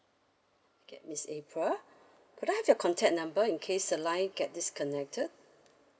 okay miss april could I have your contact number in case the line get disconnected